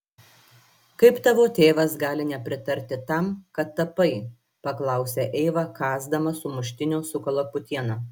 kaip tavo tėvas gali nepritarti tam kad tapai paklausė eiva kąsdama sumuštinio su kalakutiena